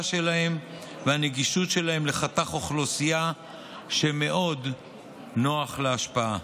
שלהם והנגישות שלהם לחתך אוכלוסייה שמאוד נוח להשפעה.